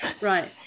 Right